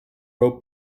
wrote